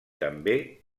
també